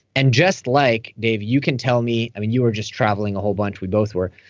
and just like, dave, you can tell me. i mean, you were just traveling a whole bunch. we both were.